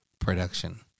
production